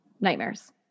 nightmares